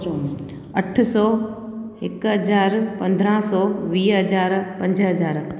अठ सौ हिकु हजार पंद्रहं सौ वीह हज़ार पंज हज़ार